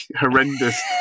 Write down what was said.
horrendous